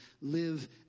live